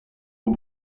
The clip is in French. aux